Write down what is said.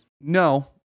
no